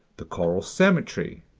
the coral cemetery,